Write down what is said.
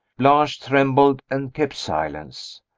blanche trembled and kept silence.